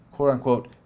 quote-unquote